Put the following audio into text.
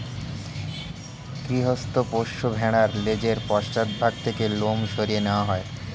গৃহস্থ পোষ্য ভেড়ার লেজের পশ্চাৎ ভাগ থেকে লোম সরিয়ে নেওয়া হয়